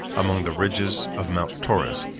among the ridges of mount taurus,